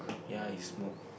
ya he smoke